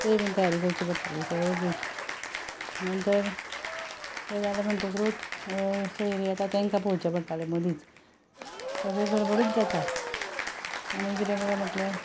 ती बी तयारी करची पडटाली सगळी आनी तें जालें म्हणटकूच सोयरीं येता तेंका पोवचें पडटालें मदींच सगळी गडबडूच जाता आनी कितें म्हणल्यार